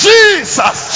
Jesus